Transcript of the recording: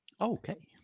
okay